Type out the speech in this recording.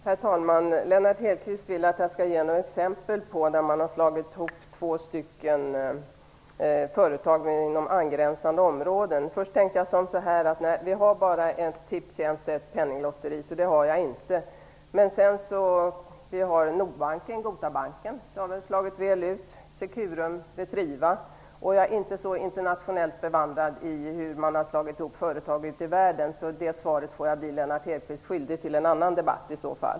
Herr talman! Lennart Hedquist vill att jag skall ge exempel på när man har slagit ihop två företag inom angränsande områden. Först tänkte jag att vi bara har en tipstjänst och ett penninglotteri, så något sådant har jag inte. Men sedan kom jag på att vi har Nordbanken och Gotabanken - det har väl slagit väl ut. Vi har också Securum och Retriva. Jag är inte så internationellt bevandrad att jag vet hur man har slagit ihop företag ute i världen, så det svaret får jag bli Lennart Hedquist skyldig till en annan debatt.